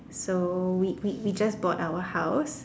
so we we we just bought our house